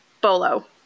bolo